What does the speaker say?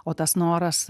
o tas noras